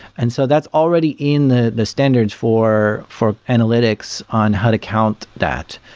and so that's already in the the standards for for analytics on how to count that.